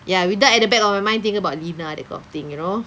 ya without at the back of my mind thinking about Lina that kind of thing you know